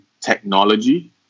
technology